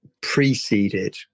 preceded